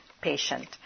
patient